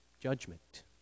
judgment